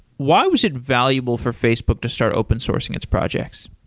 why was it valuable for facebook to start open sourcing its projects?